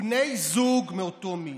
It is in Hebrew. ולבני זוג מאותו מין,